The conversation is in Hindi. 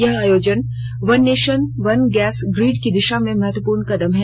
यह आयोजन one nation one gas grid की दिशा में महत्पूर्व कदम है